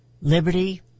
liberty